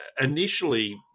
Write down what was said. initially